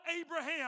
Abraham